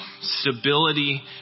Stability